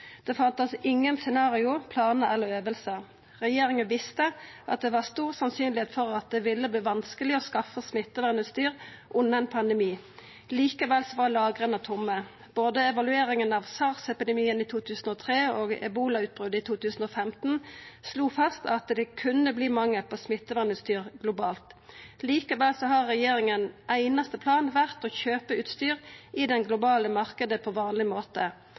Det fanst ingen scenario, planar eller øvingar. Regjeringa visste at det var sannsynleg at det ville verta vanskeleg å skaffa smittevernutstyr under ein pandemi. Likevel var lagera tomme. Evalueringa av både SARS-epidemien i 2003 og ebolautbrotet i 2015 slo fast at det kunne verta mangel på smittevernutstyr globalt. Likevel har regjeringa sin einaste plan vore å kjøpa utstyr i den globale marknaden på vanleg måte.